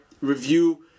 review